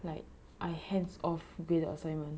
like I hands off graded assignment